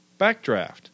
Backdraft